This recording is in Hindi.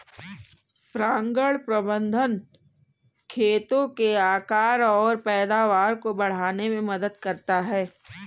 परागण प्रबंधन खेतों के आकार और पैदावार को बढ़ाने में मदद करता है